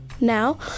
Now